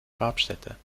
grabstätte